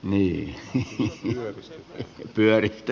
niiden hyödyt pyöritti